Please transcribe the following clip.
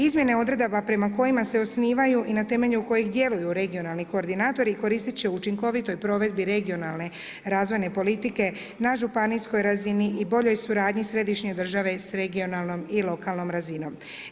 Izmjena odredaba prema kojima se osnivaju i na temelju kojih djeluju regionalni koordinatori, koristi će su učinkovitoj provedbi regionalne razvojne politike, na županijskoj razini i boljoj suradnji središnje države s regionalnom i lokalnom razinom.